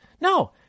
No